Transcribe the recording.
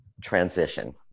transition